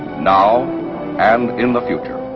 now and in the future.